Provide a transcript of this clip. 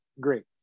great